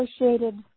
associated